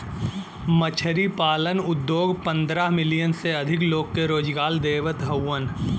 मछरी पालन उद्योग पंद्रह मिलियन से अधिक लोग के रोजगार देवत हउवन